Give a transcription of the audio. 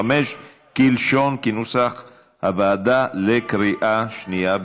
כנוסח הוועדה בקריאה השנייה.